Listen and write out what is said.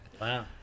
Wow